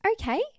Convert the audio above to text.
Okay